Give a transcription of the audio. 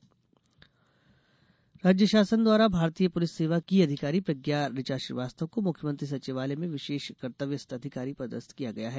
पदस्थापना राज्य शासन द्वारा भारतीय पुलिस सेवा की अधिकारी प्रज्ञा ऋचा श्रीवास्तव को मुख्यमंत्री सचिवालय में विशेष कर्त्तव्यस्थ अधिकारी पदस्थ किया गया है